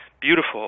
Beautiful